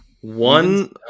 One